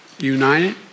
united